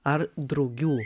ar drugių